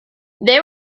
they